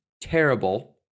terrible